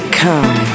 come